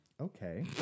Okay